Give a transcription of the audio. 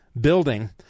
building